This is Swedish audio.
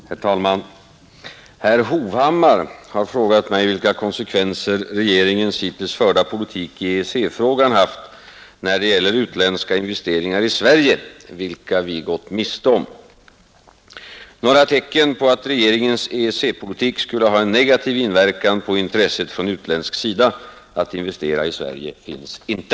Herr talman! Herr Hovhammar har frågat mig vilka konsekvenser regeringens hittills förda politik i EEC-frågan haft när det gäller utländska investeringar i Sverige, vilka vi gått miste om. Några tecken på att regeringens EEC-politik skulle ha en negativ inverkan på intresset från utländsk sida att investera i Sverige finns inte.